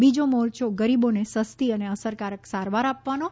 બીજો મોરચો ગરીબોને સસ્તી અને અસરકારક સારવાર આપવાનો છે